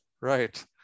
right